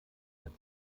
als